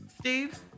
Steve